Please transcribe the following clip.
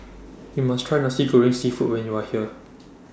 YOU must Try Nasi Goreng Seafood when YOU Are here